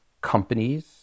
companies